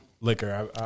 liquor